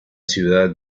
ciudad